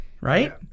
right